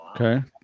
Okay